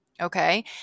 Okay